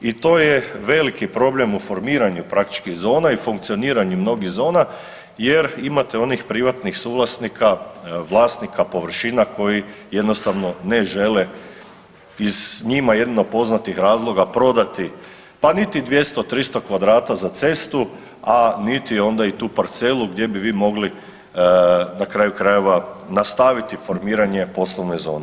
I to je veliki problem u formiranju praktički zona i funkcioniranju mnogih zona jer imate onih privatnih suvlasnika, vlasnika površina koji jednostavno ne žele iz njima jedino poznatih razloga prodati pa niti 200, 300 kvadrata za cestu, a niti onda i tu parcelu gdje bi vi mogli na kraju krajeva nastaviti formiranje poslovne zone.